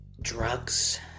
drugs